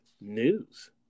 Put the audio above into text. news